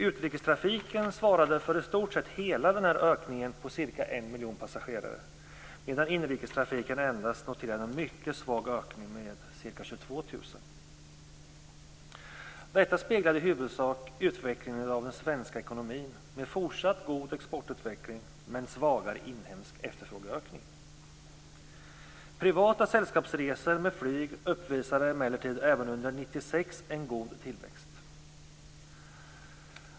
Utrikestrafiken svarade för i stort sett hela ökningen på ca 1 miljon passagerare medan inrikestrafiken endast noterade en mycket svag ökning med 22 000 passagerare. Detta speglade i huvudsak utvecklingen av den svenska ekonomin med fortsatt god exportutveckling men svagare inhemsk efterfrågeökning. Privata sällskapsresor med flyg uppvisade emellertid även under år 1996 en god tillväxt.